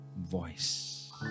voice